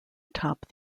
atop